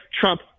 Trump